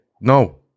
no